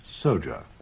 soldier